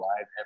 live